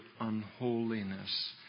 unholiness